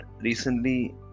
recently